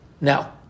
Now